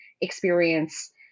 experience